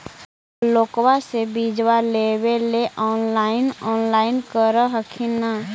ब्लोक्बा से बिजबा लेबेले ऑनलाइन ऑनलाईन कर हखिन न?